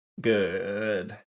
good